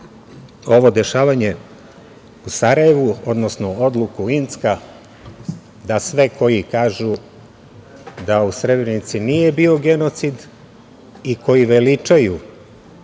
ovo dešavanje u Sarajevu, odnosno odluku Incka da sve koji kažu da u Srebrnici nije bio genocid i koji veličaju